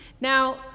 Now